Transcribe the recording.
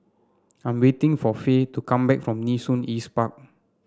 I am waiting for Fae to come back from Nee Soon East Park